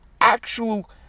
actual